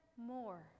more